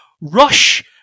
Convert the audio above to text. Rush